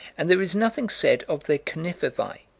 and there is nothing said of the conifervae,